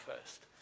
first